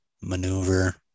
maneuver